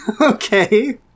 okay